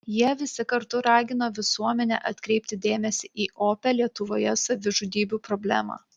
jie visi kartu ragino visuomenę atkreipti dėmesį į opią lietuvoje savižudybių problemą